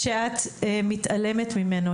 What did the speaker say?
יש דבר שאת מתעלמת ממנו.